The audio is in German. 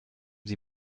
sie